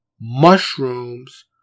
Mushrooms